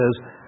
says